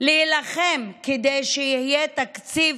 להילחם כדי שיהיה תקציב,